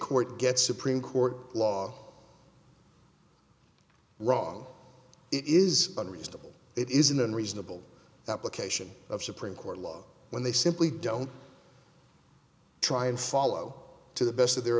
court gets supreme court law wrong it is unreasonable it isn't unreasonable that location of supreme court law when they simply don't try and follow to the best of their